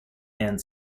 hand